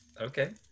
okay